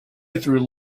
through